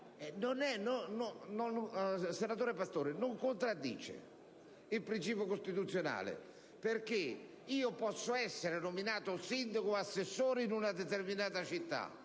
Senatore Pastore, non contraddice il principio costituzionale, perché io posso essere nominato sindaco o assessore in una determinata città,